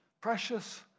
Precious